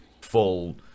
full